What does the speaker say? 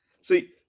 See